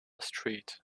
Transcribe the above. street